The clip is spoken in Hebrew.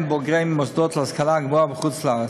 בוגרי מוסדות להשכלה גבוהה בחוץ-לארץ.